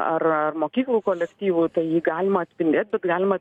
ar ar mokyklų kolektyvų tai jį galima